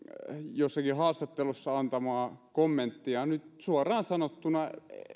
jossakin haastattelussa antamaa kommenttia suoraan sanottuna